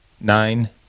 nine